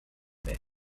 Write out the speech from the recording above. taste